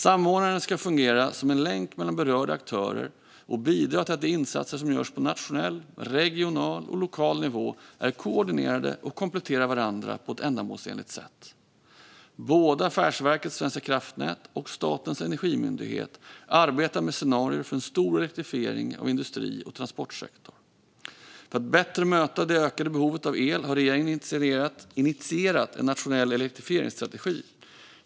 Samordnaren ska fungera som en länk mellan berörda aktörer och bidra till att de insatser som görs på nationell, regional och lokal nivå är koordinerade och kompletterar varandra på ett ändamålsenligt sätt. Både Affärsverket svenska kraftnät och Statens energimyndighet arbetar med scenarier för en stor elektrifiering av industri och transportsektor. För att bättre möta det ökande behovet av el har regeringen initierat en nationell elektrifieringsstrategi.